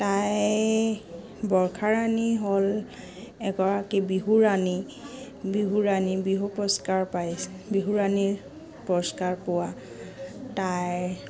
তাই বৰ্ষা ৰাণী হ'ল এগৰাকী বিহু ৰাণী বিহু ৰাণী বিহু পুৰষ্কাৰ পাই বিহু ৰাণী পুৰস্কাৰ পোৱা তাইৰ